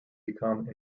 become